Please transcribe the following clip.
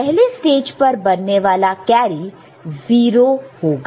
पहले स्टेज पर बनने वाले कैरी 0 होगा